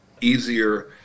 easier